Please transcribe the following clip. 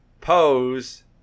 pose